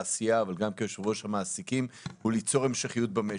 אתייחס לצורך ליצור המשכיות במשק,